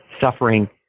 suffering